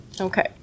Okay